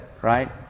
right